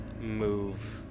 move